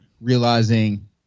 realizing